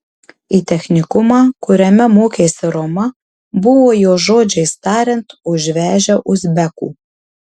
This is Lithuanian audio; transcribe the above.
į technikumą kuriame mokėsi roma buvo jos žodžiais tariant užvežę uzbekų